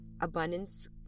abundance